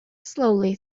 slowly